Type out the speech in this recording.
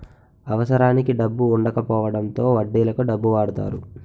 అవసరానికి డబ్బు వుండకపోవడంతో వడ్డీలకు డబ్బు వాడతారు